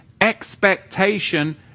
expectation